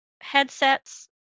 headsets